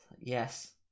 Yes